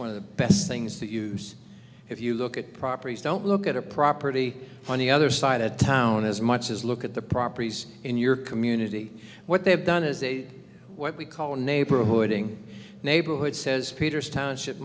one of the best things to use if you look at properties don't look at a property on the other side of town as much as look at the properties in your community what they've done is they what we call a neighborhood ing neighborhood says peters township